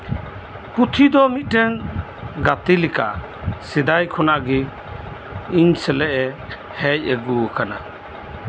ᱯᱩᱛᱷᱤ ᱫᱚ ᱢᱤᱫᱴᱟᱝ ᱜᱟᱛᱮ ᱞᱮᱠᱟ ᱥᱮᱫᱟᱭ ᱠᱷᱚᱱᱟᱜ ᱤᱧ ᱥᱟᱞᱟᱜ ᱜᱮ ᱦᱮᱡ ᱟᱹᱜᱩ ᱟᱠᱟᱱᱟ